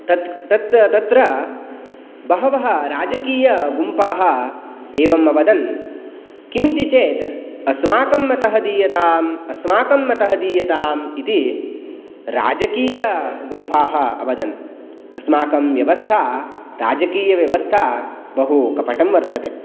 तत् तत् तत्र बहवः राजकीयगुम्फाः एवम् अवदन् किमिति चेत् अस्माकं मतः दीयतां अस्माकं मतः दीयताम् इति राजकीयगुम्फाः अवदन् अस्माकं व्यवस्था राजकीयव्यवस्था बहु कपटं वर्तते